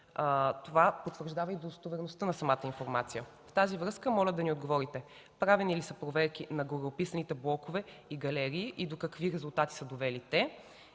Това потвърждава и достовереността на самата информация. Във връзка с това моля да ми отговорите: правени ли са проверки на гореописаните блокове и галерии и до какви резултати са довели те?